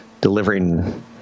delivering